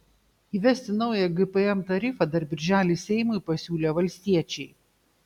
įvesti naują gpm tarifą dar birželį seimui pasiūlė valstiečiai